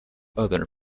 other